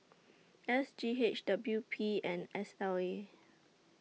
S G H W P and S L A